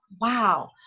wow